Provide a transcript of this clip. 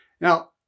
Now